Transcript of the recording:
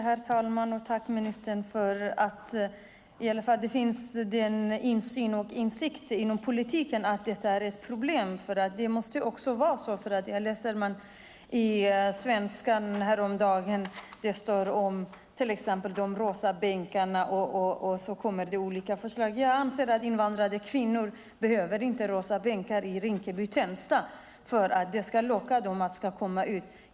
Herr talman! Tack, ministern, för att det i alla fall finns en insikt inom politiken om att detta är ett problem. Jag läste i Svenska Dagbladet häromdagen om rosa bänkar och andra förslag. Jag anser att invandrade kvinnor inte behöver rosa bänkar i Rinkeby och Tensta för att locka dem att komma ut.